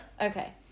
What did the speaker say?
Okay